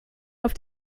auf